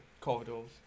corridors